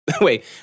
wait